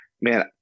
man